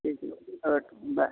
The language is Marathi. ठीक आहे बाय